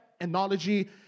analogy